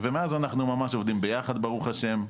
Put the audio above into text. ומאז אנחנו ממש עובדים ביחד ברוך השם.